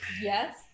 Yes